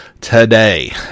today